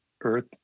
earth